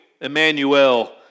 Emmanuel